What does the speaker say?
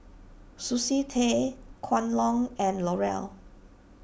Sushi Tei Kwan Loong and L'Oreal